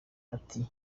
ati